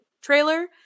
trailer